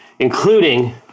Including